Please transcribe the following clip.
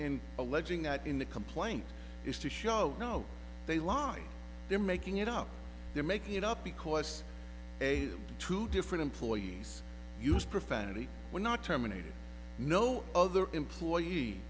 in alleging that in the complaint is to show no they lie they're making it up they're making it up because a two different employees use profanity we're not terminated no other employee